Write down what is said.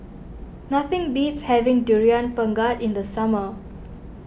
nothing beats having Durian Pengat in the summer